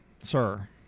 sir